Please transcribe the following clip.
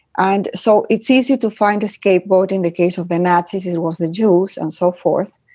and so it's easy to find a scapegoat. in the case of the nazis, it was the jews and so forth,